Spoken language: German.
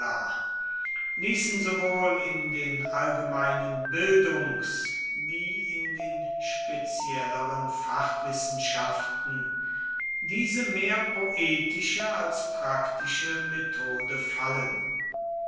ließen sowohl in den allgemeinen bildungs wie in den spezielleren fachwissenschaften diese mehr poetische als praktische methode fallen